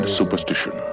superstition